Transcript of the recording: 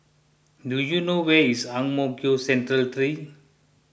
do you know where is Ang Mo Kio Central three